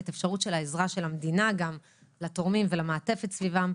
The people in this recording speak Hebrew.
את האפשרות של העזרה של המדינה לתורמים ולמעטפת סביבם.